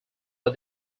but